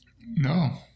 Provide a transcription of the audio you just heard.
no